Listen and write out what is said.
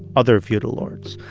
other feudal lords.